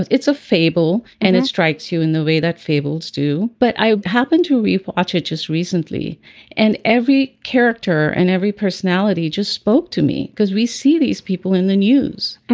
it's a fable. and it strikes you in the way that fables do. but i happened to read archer just recently and every character and every personality just spoke to me because we see these people in the news.